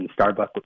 Starbucks